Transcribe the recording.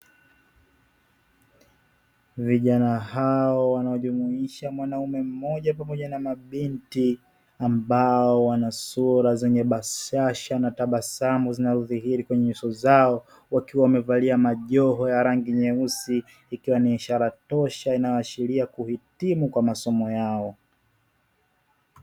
Vijana hawa wanaojumuisha mwanaume mmoja pamoja na mabinti, ambao wana sura zenye bashahsa na tabasamu zinazodhihiri kwenye nyuso zao, wakiwa wamevalia majoho yenye rangi nyeusi ikiwa ni ishara tosha inayoashiria kuhitimu kwa masomo yao.